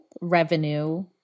revenue